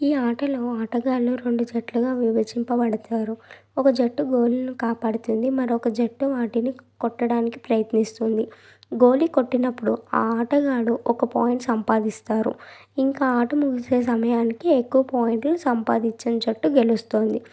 ఈ ఆటలో ఆటగాళ్లు రెండు జట్లుగా విభజించబడతారు ఒక జట్టు గోళీలని కాపాడుతుంది మరొక జట్టు వాటిని కొట్టడానికి ప్రయత్నిస్తుంది గోలీ కొట్టినప్పుడు ఆ ఆటగాడు ఒక పాయింట్ సంపాదిస్తారు ఇంకా ఆట ముగిసే సమయానికి ఎక్కువ పాయింట్లు సంపాదించిన జట్టు గెలుస్తుంది